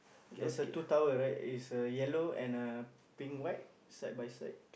there's a two tower right there's a yellow and pink right side by side